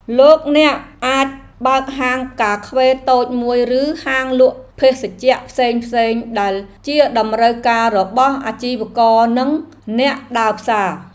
លោកអ្នកអាចបើកហាងកាហ្វេតូចមួយឬហាងលក់ភេសជ្ជៈផ្សេងៗដែលជាតម្រូវការរបស់អាជីវករនិងអ្នកដើរផ្សារ។